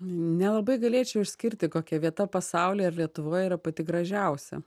nelabai galėčiau išskirti kokia vieta pasauly ar lietuvoj yra pati gražiausia